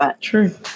True